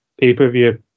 pay-per-view